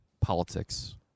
politics